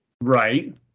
right